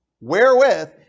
wherewith